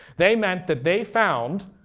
they meant that they found,